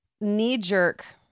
knee-jerk